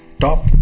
top